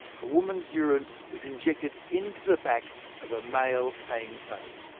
a woman's urine was injected into the back of a male cane toad.